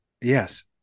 Yes